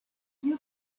you